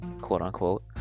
quote-unquote